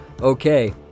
Okay